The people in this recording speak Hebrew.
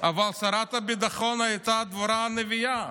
אבל שרת הביטחון הייתה דבורה הנביאה.